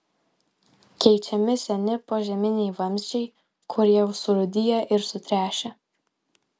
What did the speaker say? keičiami seni požeminiai vamzdžiai kurie jau surūdiję ir sutręšę